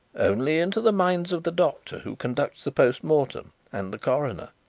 only into the minds of the doctor who conducts the post-mortem, and the coroner.